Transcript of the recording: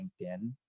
LinkedIn